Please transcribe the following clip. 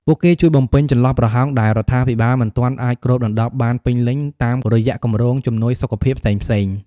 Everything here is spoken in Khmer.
ពួកគេជួយបំពេញចន្លោះប្រហោងដែលរដ្ឋាភិបាលមិនទាន់អាចគ្របដណ្តប់បានពេញលេញ តាមរយៈគម្រោងជំនួយសុខភាពផ្សេងៗ។